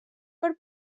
per